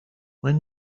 when